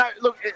look